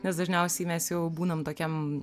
nes dažniausiai mes jau būnam tokiam